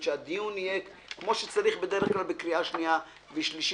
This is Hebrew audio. כפי שצריך בדרך כלל בהכנה לקריאה השנייה והשלישית,